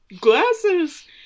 glasses